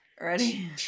ready